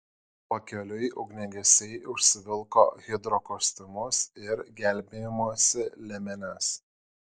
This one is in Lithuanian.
pakeliui ugniagesiai užsivilko hidrokostiumus ir gelbėjimosi liemenes